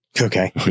Okay